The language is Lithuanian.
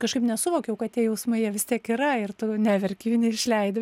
kažkaip nesuvokiau kad tie jausmai jie vis tiek yra ir tu neverki jų neišleidi